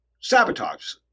sabotage